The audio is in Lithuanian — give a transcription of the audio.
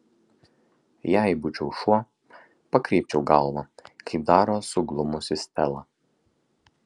jei būčiau šuo pakreipčiau galvą kaip daro suglumusi stela